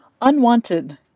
Unwanted